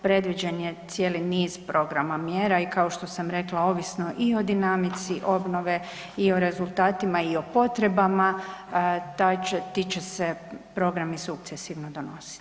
Predviđen je cijeli niz programa i mjera i kao što sam rekla ovisno i o dinamici obnove i o rezultatima, i o potrebama ti će se programi sukcesivno donositi.